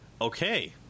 Okay